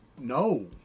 No